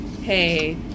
Hey